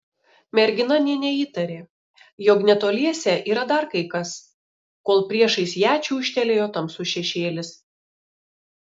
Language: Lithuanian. mergina nė neįtarė jog netoliese yra dar kai kas kol priešais ją čiūžtelėjo tamsus šešėlis